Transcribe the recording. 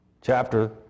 Chapter